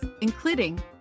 including